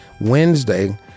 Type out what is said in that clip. Wednesday